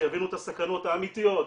שיבינו את הסכנות האמתיות,